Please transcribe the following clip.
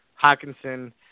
Hawkinson